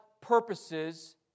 purposes